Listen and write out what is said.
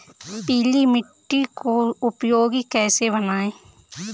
पीली मिट्टी को उपयोगी कैसे बनाएँ?